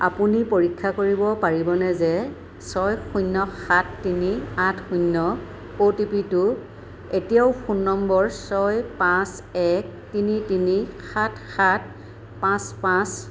আপুনি পৰীক্ষা কৰিব পাৰিবনে যে ছয় শূন্য সাত তিনি আঠ শূন্য অ'টিপিটো এতিয়াও ফোন নম্বৰ ছয় পাঁচ এক তিনি তিনি সাত সাত পাঁচ পাঁচ